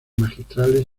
magistrales